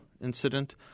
incident